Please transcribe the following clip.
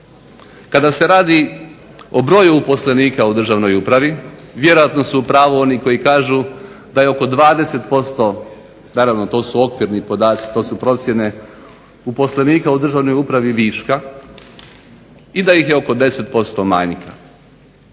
Kada se radi o broju uposlenika u državnoj upravi vjerojatno su u pravu oni koji kažu da je oko 20%, naravno to su okvirni podaci, to su procjene uposlenika u državnoj upravi viška, i da ih je oko 10% manjka.